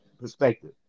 perspective